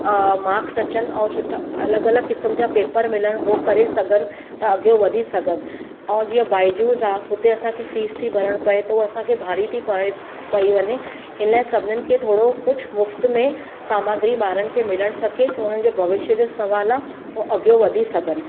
marks अचनि ऐं सुठा अलॻि अलॻि क़िस्म जा पेपर मिलणु हो करे सघनि त अॻियो वधी सघनि ऐं जीअं बाइजूस आहे हुते असांखे फीस थी भरणु पए त हो असांखे भारी थी पए पई वञे हिन लाइ सभिनीनि खे थोरो कुझु मुफ़्ति में सामग्री ॿारनि खे मिलणु सके छो उन्हनि जे भविष्य जो सवालु आहे हो अॻियो वधी सघनि